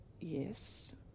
yes